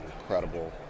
incredible